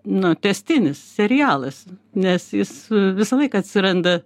nu tęstinis serialas nes jis visą laiką atsiranda